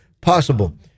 possible